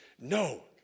No